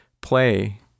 play